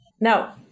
now